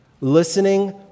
listening